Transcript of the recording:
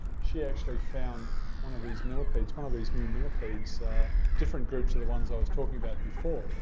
she actually found one of these millipedes, one of these new millipedes, a different group to the ones i was talking about before.